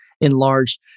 enlarged